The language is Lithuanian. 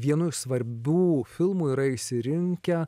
vienu iš svarbių filmų yra išsirinkę